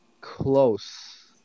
Close